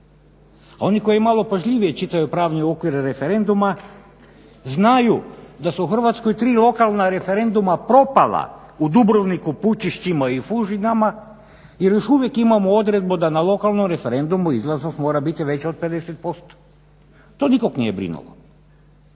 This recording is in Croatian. A oni koji malo pažljivije čitaju pravni okvir referenduma znaju da su u Hrvatskoj tri lokalna referenduma propala u Dubrovniku, PUčišćima i Fužinama jer još uvijek imamo odredbu da na lokalnom referendumu izlaznost mora biti veća od 50% to nikog nije brinulo.